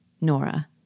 Nora